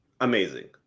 amazing